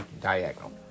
diagonal